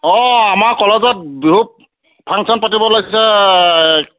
অ আমাৰ কলেজত বিহু ফাংচন পাতিব লৈছে